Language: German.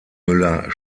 müller